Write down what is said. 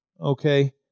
okay